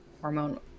hormone